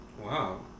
Wow